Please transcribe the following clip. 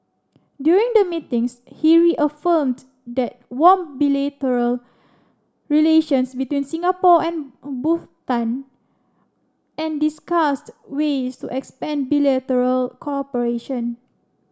during the meetings he reaffirmed the warm bilateral relations between Singapore and Bhutan and discussed ways to expand bilateral cooperation